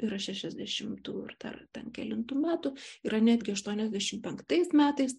yra šešiasdešimtų ir dar ten kelintų metų yra netgi aštuoniasdešimt penktais metais